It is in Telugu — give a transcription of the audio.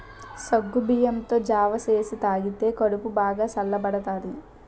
సగ్గుబియ్యంతో జావ సేసి తాగితే కడుపు బాగా సల్లబడతాది